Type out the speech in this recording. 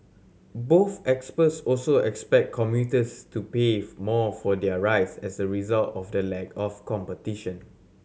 both experts also expect commuters to pay more for their rides as a result of the lack of competition